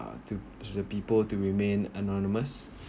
uh to to the people to remain anonymous